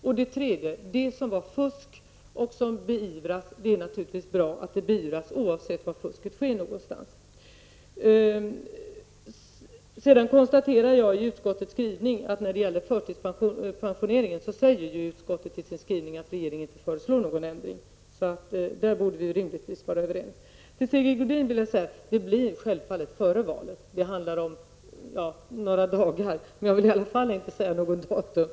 För det tredje: Vad beträffar fusk är det naturligtvis bra att sådant beivras, oavsett var det förekommer. Sedan konstaterade jag att utskottet i sin skrivning när det gäller förtidspensioneringen säger att regeringen inte föreslår någon ändring. På den punkten borde vi alltså rimligen vara överens. Till Sigge Godin vill jag säga att datumet självfallet ligger före valet. Det blir några dagar före detta, men jag vill ändå inte ange något bestämt datum.